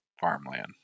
farmland